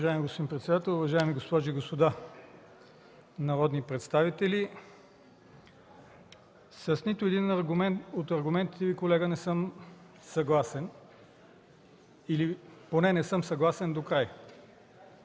Уважаеми госпожи и господа народни представители! С нито един аргумент от аргументите Ви, колега, не съм съгласен или поне не съм съгласен докрай.